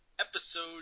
Episode